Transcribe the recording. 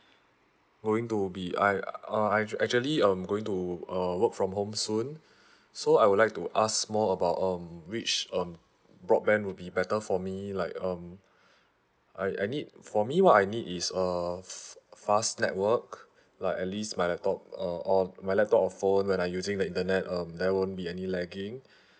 going to be I uh I actually um going to uh work from home soon so I would like to ask more about um which um broadband will be better for me like um I I need for me what I need is uh f~ fast network like at least my laptop uh all my laptop or phone when I'm using the internet um there won't be any lagging